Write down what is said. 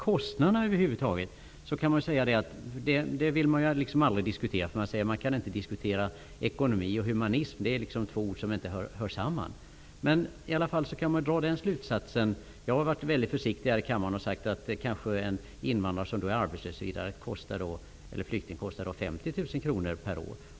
Kostnaderna vill man liksom aldrig diskutera. Man kan inte diskutera ekonomi och humanism på samma gång. Det är två ord som inte hör samman. Jag har varit väldigt försiktig här i kammaren och sagt att en flykting som är arbetslös kostar 50 000 kr. per år.